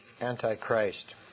Antichrist